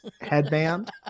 headband